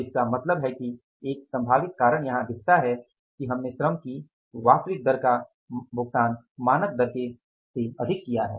तो इसका मतलब है कि एक संभावित कारण यहां दिखता है कि हमने श्रम की वास्तविक दर का भुगतान मानक दर से अधिक किया है